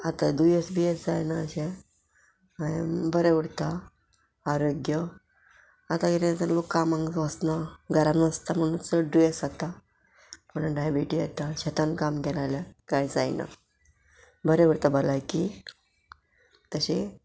आतां दुयेंस बीएस जायना अशें हांयें बरें उरता आरोग्य आतां कितें लोक कामांग वसना घरान बसता म्हणून चड दुयेंस जाता म्हणून डायबिटीज येता शेतान काम केलें जाल्यार कांय जायना बरें उरता भलायकी तशें